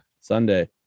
Sunday